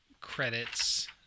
credits